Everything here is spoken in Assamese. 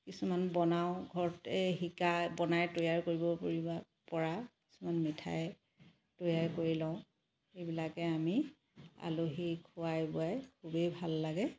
কিছুমান বনাও ঘৰতে শিকা বনাই তৈয়াৰ কৰিব পৰিবা পৰা কিছুমান মিঠাই তৈয়াৰ কৰি লওঁ সেইবিলাকে আমি আলহীক খোৱাই বোৱাই খুবে ভাল লাগে